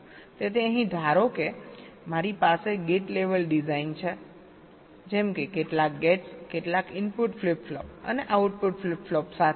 તેથી અહીં ધારો કે મારી પાસે ગેટ લેવલ ડિઝાઇન છે જેમ કે કેટલાક ગેટ્સ કેટલાક ઇનપુટ ફ્લિપ ફ્લોપ અને આઉટપુટ ફ્લિપ ફ્લોપ સાથે